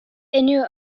unrhyw